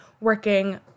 working